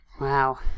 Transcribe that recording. Wow